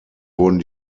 wurden